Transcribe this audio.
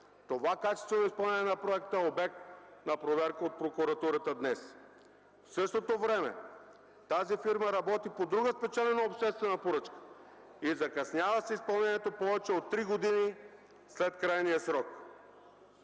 Това качествено изпълнение на проекта е обект на проверка от прокуратурата днес. В същото време тази фирма работи по друга спечелена обществена поръчка и закъснява с изпълнението повече от три години след крайния срок!